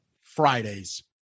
Fridays